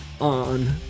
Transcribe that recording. on